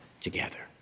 together